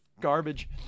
Garbage